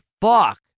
fuck